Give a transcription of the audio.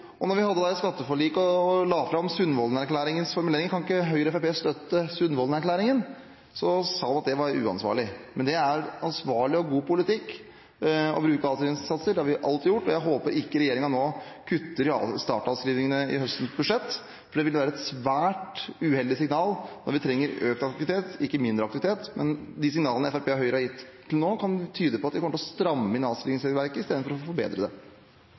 vi hadde skatteforliket og la fram Sundvolden-erklæringens formulering – om ikke Høyre og Fremskrittspartiet kunne støtte Sundvolden-erklæringen – sa de at det var uansvarlig. Men det er ansvarlig og god politikk å bruke avskrivingssatser. Det har vi alltid gjort. Jeg håper ikke regjeringen kutter i startavskrivingene i høstens budsjett. Det ville være et svært uheldig signal når vi trenger økt aktivitet, ikke mindre aktivitet. Men de signalene Fremskrittspartiet og Høyre har gitt til nå, kan tyde på at de kommer til å stramme inn avskrivingsregelverket – istedenfor å forbedre det.